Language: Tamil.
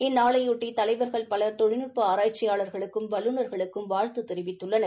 இந்நாளையொட்டி தலைவர்கள் பலர் தொழில்நுட்ப ஆராய்ச்சியாளர்களுக்கும் வல்லநர்களுக்கும் வாழ்த்து தெரிவித்துள்ளனர்